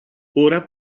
ora